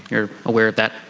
you're aware that.